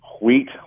wheat